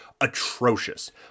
atrocious